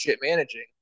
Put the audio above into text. managing